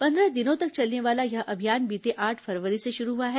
पंद्रह दिनों तक चलने वाला यह अभियान बीते आठ फरवरी से शुरू हुआ है